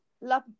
love